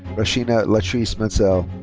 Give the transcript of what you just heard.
rasheena latrice mansel.